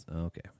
okay